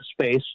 space